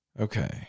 Okay